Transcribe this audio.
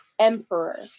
emperor